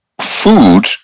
food